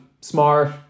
smart